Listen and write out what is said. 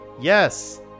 Yes